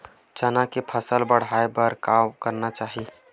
चना के फसल बढ़ाय बर का करना चाही?